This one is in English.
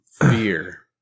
fear